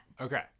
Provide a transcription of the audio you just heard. Okay